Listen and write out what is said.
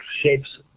shapes